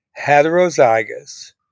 heterozygous